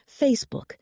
Facebook